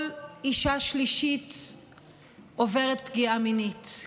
כל אישה שלישית עוברת פגיעה מינית,